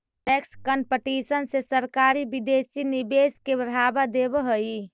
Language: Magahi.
टैक्स कंपटीशन से सरकारी विदेशी निवेश के बढ़ावा देवऽ हई